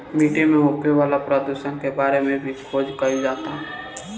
माटी में होखे वाला प्रदुषण के बारे में भी खोज कईल जाता